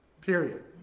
Period